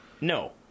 No